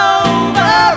over